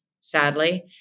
sadly